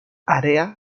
area